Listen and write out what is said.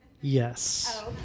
Yes